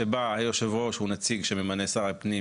שבה יושב הראש הוא נציג שממנה שר הפנים